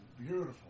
Beautiful